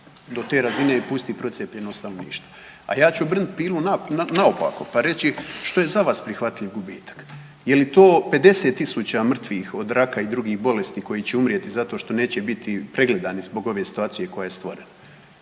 do te razine pustiti procijepljenost stanovništva. A ja ću obrnut pilu naopako, pa reći što je za vas prihvatljiv gubitak, je li to 50.000 mrtvih od raka i drugih bolesti koji će umrijeti zato što neće biti pregledani zbog ove situacije koja je stvorena,